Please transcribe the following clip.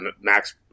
Max